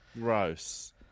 Gross